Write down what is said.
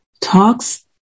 talks